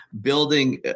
building